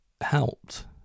helped